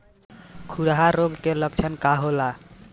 खुरहा रोग के लक्षण का होला?